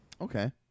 Okay